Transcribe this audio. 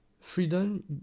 Freedom